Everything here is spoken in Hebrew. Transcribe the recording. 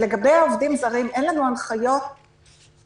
לגבי עובדים זרים אין לנו הנחיות ספציפיות,